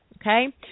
Okay